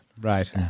Right